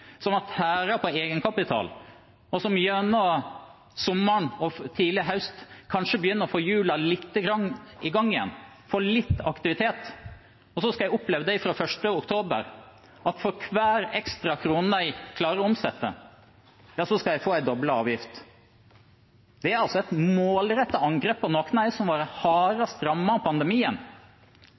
som har tæret på egenkapital, og som gjennom sommeren og tidlig høst kanskje begynner å få hjulene litt i gang igjen, få litt aktivitet. De skal fra 1. oktober oppleve at for hver ekstra krone de klarer å omsette, skal de få en doblet avgift. Det er et målrettet angrep på noen av de som har vært hardest rammet av pandemien.